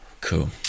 Cool